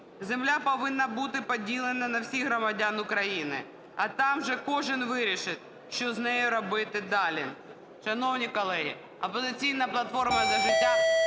Земля повинна бути поділена на всіх громадян України. А там вже кожен вирішить, що з нею робити далі". Шановні колеги, "Опозиційна платформа - За життя"